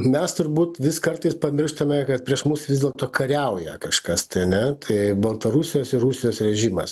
mes turbūt vis kartais pamirštame kad prieš mus vis dėlto kariauja kažkas tai ane tai baltarusijos ir rusijos režimas